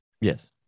Yes